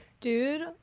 dude